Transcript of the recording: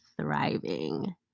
thriving